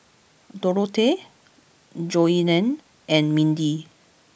Dorothea Joellen and Mindi